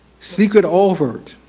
secret overt.